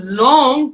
long